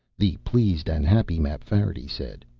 the pleased and happy mapfarity said,